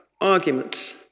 arguments